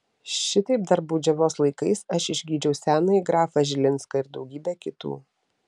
šitaip dar baudžiavos laikais aš išgydžiau senąjį grafą žilinską ir daugybę kitų